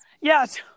Yes